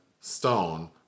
Stone